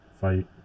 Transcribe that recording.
fight